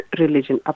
religion